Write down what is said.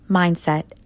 mindset